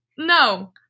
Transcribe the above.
No